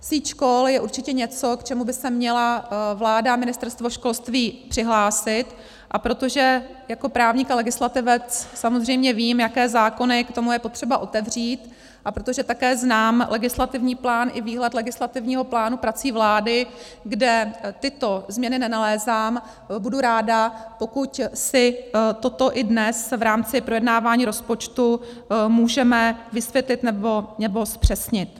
Síť škol je určitě něco, k čemu by se měla vláda a Ministerstvo školství přihlásit, a protože jako právník a legislativec samozřejmě vím, jaké zákony k tomu je potřeba otevřít, a protože také znám legislativní plán i výhled legislativního plánu prací vlády, kde tyto změny nenalézám, budu ráda, pokud si toto i dnes v rámci projednávání rozpočtu můžeme vysvětlit nebo zpřesnit.